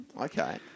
Okay